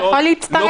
אתה יכול להצטרף.